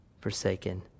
forsaken